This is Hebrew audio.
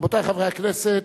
רבותי חברי הכנסת,